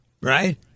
right